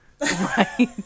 Right